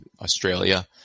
Australia